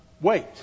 wait